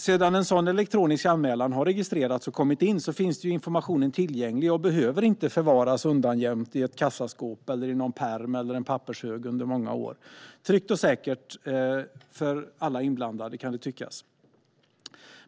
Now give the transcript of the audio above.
När en sådan elektronisk anmälan har kommit in och registrerats finns informationen tillgänglig och behöver inte förvaras undangömd i kassaskåp, någon pärm eller en pappershög under många år - tryggt och säkert för alla inblandade, kan det tyckas.